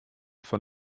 fan